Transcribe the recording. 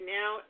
now